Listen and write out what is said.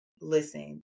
listen